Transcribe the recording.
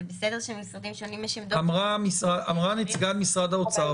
זה בסדר שלמשרדים שונים יש עמדות --- אמרה נציגת משרד האוצר,